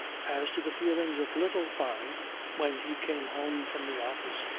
as to the feelings of little fyne when he came home from the office,